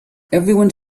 everyone